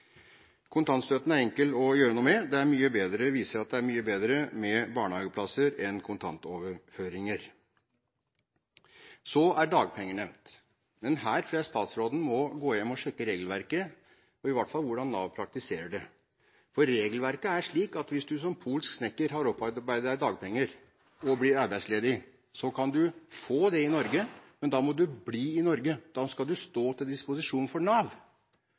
Kontantstøtten er enkel å gjøre noe med. Det viser seg at det er mye bedre med barnehageplasser enn kontantoverføringer. Så er dagpenger nevnt: Her tror jeg statsråden må gå hjem og sjekke regelverket, og i hvert fall hvordan Nav praktiserer det. For regelverket er slik at hvis du som polsk snekker har opparbeidet deg dagpenger og blir arbeidsledig, så kan du få dagpenger i Norge, men da må du bli i Norge, da skal du stå til disposisjon for Nav.